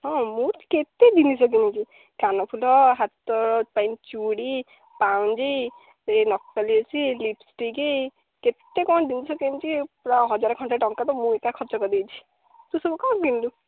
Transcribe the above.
ହଁ ମୁଁ କେତେ ଜିନିଷ କିଣିଛି କାନଫୁଲ ହାତ ପାଇଁ ଚୁଡ଼ି ପାଉଁଜି ନଖପାଲିସ୍ ଲିପିସ୍ଟିକ୍ କେତେ କ'ଣ ଜିନିଷ କିଣିଛି ପୁରା ହଜାର ଖଣ୍ଡେ ଟଙ୍କା ତ ମୁଁ ଏକା ଖର୍ଚ୍ଚ କରିଦେଇଛି ତୁ ସବୁ କ'ଣ କିଣିଲୁ